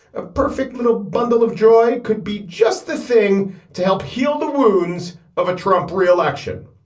a perfect little bundle of joy could be just the thing to help heal the wounds of a trump re-election.